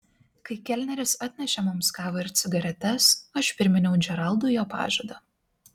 kai kelneris atnešė mums kavą ir cigaretes aš priminiau džeraldui jo pažadą